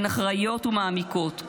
הן אחראיות ומעמיקות,